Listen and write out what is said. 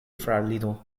fraŭlino